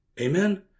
amen